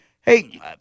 Hey